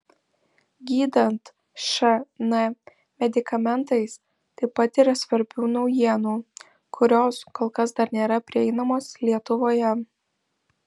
gydant šn medikamentais taip pat yra svarbių naujienų kurios kol kas dar nėra prieinamos lietuvoje